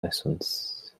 lessons